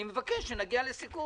אני מבקש שנגיע לסיכום.